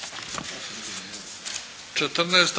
Hvala.